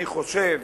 אני חושב